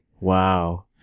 Wow